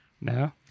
No